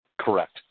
Correct